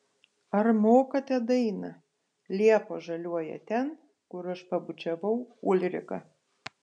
ar mokate dainą liepos žaliuoja ten kur aš pabučiavau ulriką